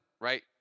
right